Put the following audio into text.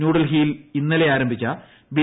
ന്യൂഡൽഹിയിൽ ഇന്നലെ ആരംഭിച്ച ബി